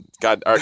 God